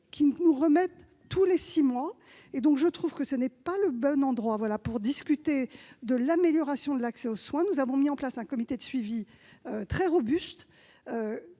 un rapport tous les six mois. J'estime que ce n'est pas le bon endroit pour discuter de l'amélioration de l'accès aux soins. Nous avons mis en place un comité de suivi très robuste,